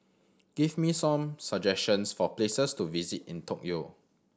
give me some suggestions for places to visit in Tokyo